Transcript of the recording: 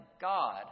God